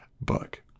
book